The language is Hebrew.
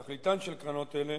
תכליתן של קרנות אלה,